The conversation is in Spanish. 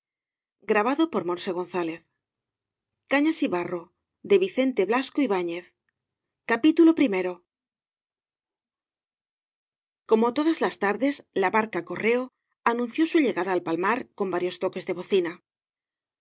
y barro como todíis las tardes la barca correo anunció bu llegada al palmar con varios toques de bocina